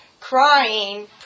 crying